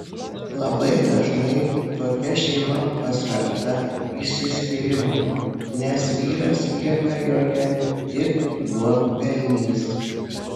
labai dažnai tokia šeima pasmerkta išsiskyrimui nes vyras lieka joje tik duonpelnys